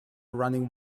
running